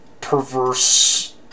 perverse